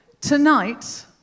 tonight